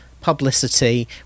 publicity